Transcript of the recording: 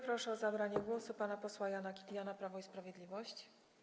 Proszę o zabranie głosu pana posła Jana Kiliana, Prawo i Sprawiedliwość.